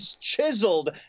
chiseled